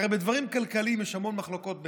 הרי בדברים כלכליים יש המון מחלוקות ביניהם,